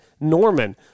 Norman